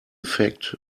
effect